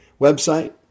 website